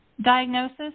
diagnosis